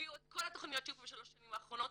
תביאו את כל התכניות של השלוש שנים האחרונות,